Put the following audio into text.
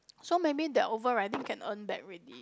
so maybe their over riding can earn back already